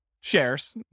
shares